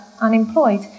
unemployed